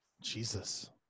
Jesus